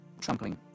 trampling